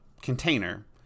container